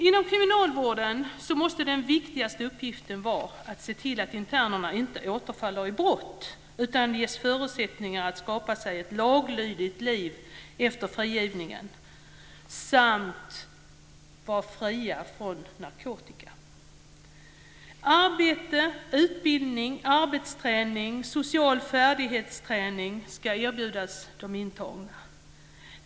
Inom kriminalvården måste den viktigaste uppgiften vara att se till att internerna inte återfaller i brott utan ges förutsättningar att skapa sig ett laglydigt liv efter frigivningen samt att vara fria från narkotika. Arbete, utbildning, arbetsträning och träning i social färdighet ska erbjudas de intagna.